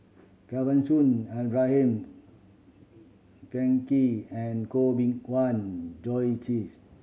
Kesavan Soon Abraham Frankel and Koh Bee Tuan Joyce Teeth